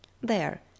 There